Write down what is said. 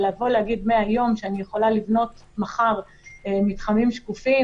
אבל להגיד מהיום שאני יכולה לבנות מחר מתחמים שקופים,